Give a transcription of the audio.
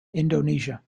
indonesia